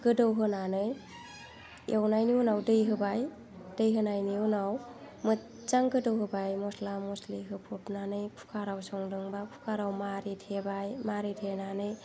गोदौ होनानै एवनायनि उनाव दै होबाय दै होनायनि उनाव मोजां गोदौ होबाय मस्ला मस्लि होफबनानै कुकाराव संदोंबा कुकाराव मारिथेबाय मारिथेनानै